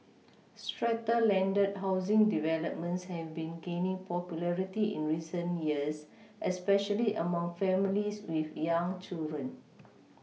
strata landed housing developments have been gaining popularity in recent years especially among families with young children